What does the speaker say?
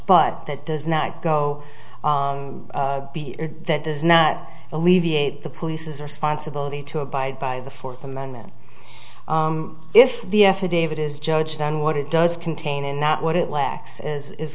but that does not go that does not alleviate the police's responsibility to abide by the fourth amendment if the f a david is judged on what it does contain and not what it lacks is